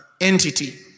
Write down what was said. entity